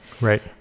Right